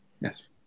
Yes